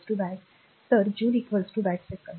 तर joule watt second